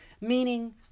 meaning